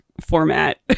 format